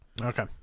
Okay